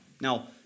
Now